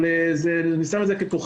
אבל אני שם את זה ככוכבית.